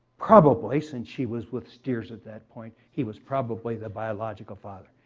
probably since she was with steers at that point, he was probably the biological father.